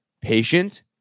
patient